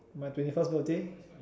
my twenty first birthday